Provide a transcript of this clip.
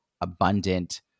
abundant